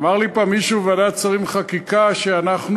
אמר לי פעם מישהו בוועדת שרים לחקיקה שאנחנו